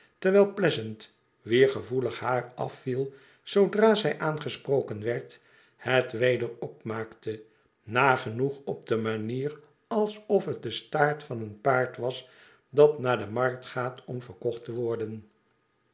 terwijl pleasant wier gevoelig haar afviel zoodra zij aangesproken werd bet weder opmaakte nagenoeg op de manier alsof het de staart van een paard was dat naar de markt gaat om verkocht te worden